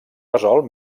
resolt